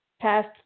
past